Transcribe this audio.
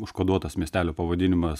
užkoduotas miestelio pavadinimas